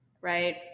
right